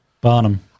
Barnum